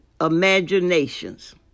imaginations